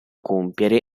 compiere